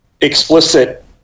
explicit